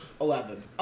Eleven